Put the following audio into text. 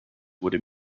would